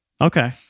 Okay